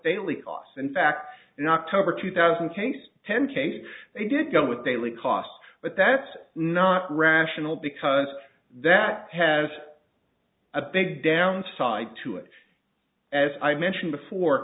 really oss in fact in october two thousand case ten case they did go with daily cost but that's not rational because that has a big downside to it as i mentioned before